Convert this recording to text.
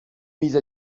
mise